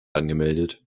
angemeldet